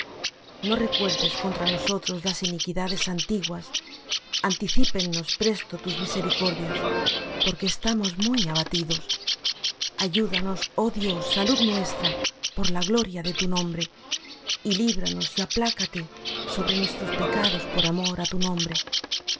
no recuerdes contra nosotros las iniquidades antiguas anticípennos presto tus misericordias porque estamos muy abatidos ayúdanos oh dios salud nuestra por la gloria de tu nombre y líbranos y aplácate sobre nuestros pecados por amor de tu nombre